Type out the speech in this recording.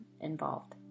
involved